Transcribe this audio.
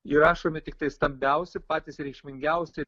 įrašomi tiktai stambiausi patys reikšmingiausi